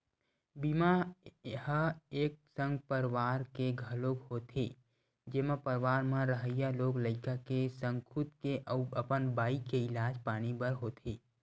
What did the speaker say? बीमा ह एक संग परवार के घलोक होथे जेमा परवार म रहइया लोग लइका के संग खुद के अउ अपन बाई के इलाज पानी बर होथे